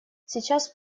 сейчас